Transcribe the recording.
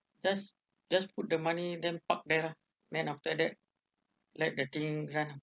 just just put the money then park there lah then after that let the thing run lah